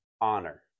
honor